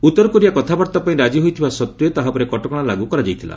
ଉତ୍ତରକୋରିଆ କଥାବାର୍ତ୍ତା ପାଇଁ ରାଜି ହୋଇଥିବା ସତ୍ତ୍ୱେ ତାହା ଉପରେ କଟକଣା ଲାଗୁ କରାଯାଇଥିଲା